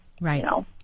Right